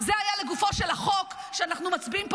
זה היה לגופו של החוק שאנחנו מצביעים עליו